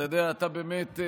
אתה יודע, אתה באמת,